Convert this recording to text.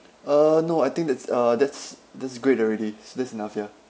uh no I think that's uh that's that's great already that's enough ya